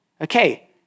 Okay